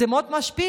זה מאוד משפיע.